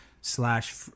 slash